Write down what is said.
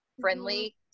friendly